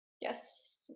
yes